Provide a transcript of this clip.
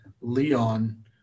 Leon